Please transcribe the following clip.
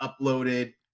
uploaded